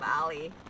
valley